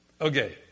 Okay